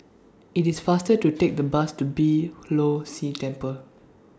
IT IS faster to Take The Bus to Beeh Low See Temple